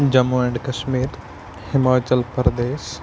Jammu and Kashmir Himachal Pradesh